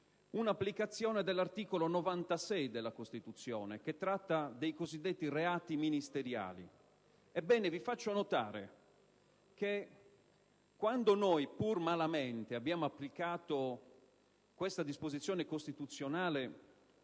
un'applicazione dell'articolo 96 della Costituzione che li riguarda e che tratta dei cosiddetti reati ministeriali. Ebbene, vi faccio notare che quando noi, pur malamente, abbiamo applicato questa disposizione costituzionale